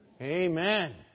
Amen